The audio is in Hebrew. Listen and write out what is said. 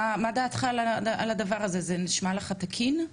מה דעתך על הדבר הזה, זה נשמע לך תקין?